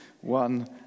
one